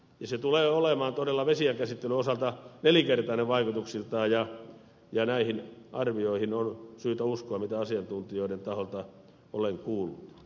se tulee olemaan todella vesienkäsittelyn osalta nelinkertainen vaikutuksiltaan ja näihin arvioihin on syytä uskoa mitä asiantuntijoiden taholta olen kuullut